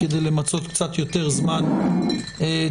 כדי למצות קצת יותר זמן דיון,